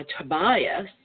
Tobias